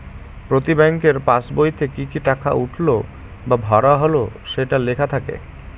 প্রতি ব্যাঙ্কের পাসবইতে কি কি টাকা উঠলো বা ভরা হল সেটা লেখা থাকে